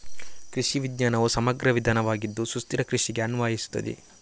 ಕೃಷಿ ವಿಜ್ಞಾನವು ಸಮಗ್ರ ವಿಧಾನವಾಗಿದ್ದು ಸುಸ್ಥಿರ ಕೃಷಿಗೆ ಅನ್ವಯಿಸುತ್ತದೆ